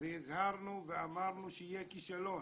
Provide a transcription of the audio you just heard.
והזהרנו ואמרנו שיהיה כישלון.